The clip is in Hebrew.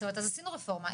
זאת אומרת עשינו רפורמה,